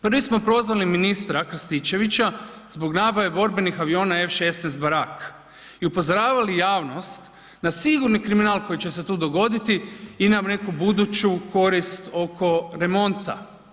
Prvi smo prozvali ministra Krstičevića zbog nabave borbenih aviona F-16 Barak i upozoravali javnost na sigurni kriminal koji će se tu dogoditi i na neku buduću korist oko remonta.